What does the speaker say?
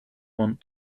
want